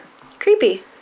Creepy